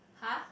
!huh!